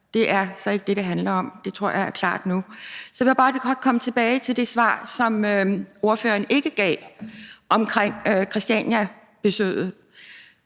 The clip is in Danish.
Det er så ikke det, det handler om; det tror jeg er klart nu. Så vil jeg bare godt komme tilbage til det svar, som ordføreren ikke gav omkring Christianiabesøget.